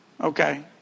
Okay